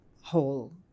whole